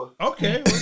Okay